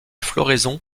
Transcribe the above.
floraison